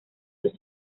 sus